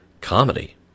comedy